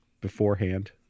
beforehand